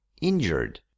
injured